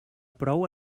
prou